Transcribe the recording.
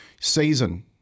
season